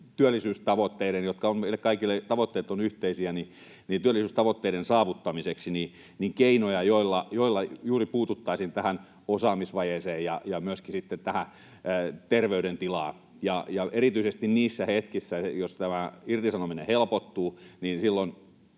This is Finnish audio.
kaikille yhteisiä, saavuttamiseksi keinoja, joilla puututtaisiin juuri tähän osaamisvajeeseen ja myöskin sitten terveydentilaan? Erityisesti niissä hetkissä, jos tämä irtisanominen helpottuu,